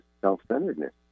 self-centeredness